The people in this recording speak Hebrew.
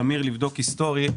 טמיר,